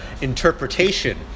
interpretation